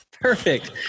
Perfect